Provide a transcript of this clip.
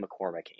McCormick